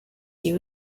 you